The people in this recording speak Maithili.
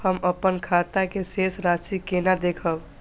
हम अपन खाता के शेष राशि केना देखब?